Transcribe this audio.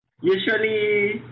Usually